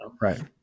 Right